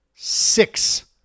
Six